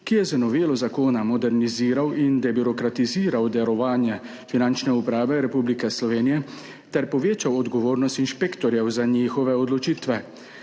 ki je z novelo zakona moderniziral in debirokratiziral delovanje Finančne uprave Republike Slovenije ter povečal odgovornost inšpektorjev za njihove odločitve.